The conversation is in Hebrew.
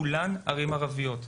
כולן ערים ערביות.